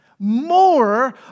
More